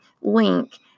link